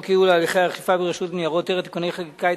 ייעול הליכי אכיפה ברשות לניירות ערך (תיקוני חקיקה),